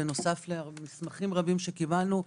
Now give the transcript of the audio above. בנוסף למסמכים רבים שקיבלנו,